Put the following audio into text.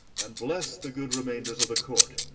and bless the good remainders of the court!